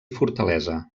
fortalesa